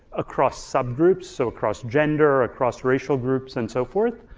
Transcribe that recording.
across subgroups so across gender, across racial groups and so forth,